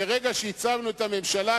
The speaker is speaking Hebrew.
מרגע שהצגנו את הממשלה,